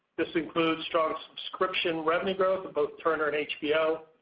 this includes strong subscription revenue growth at both turner and hbo.